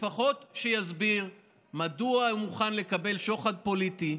לפחות שיסביר מדוע הוא מוכן לקבל שוחד פוליטי,